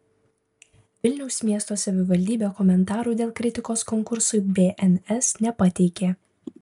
vilniaus miesto savivaldybė komentarų dėl kritikos konkursui bns nepateikė